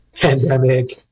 pandemic